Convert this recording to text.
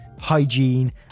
hygiene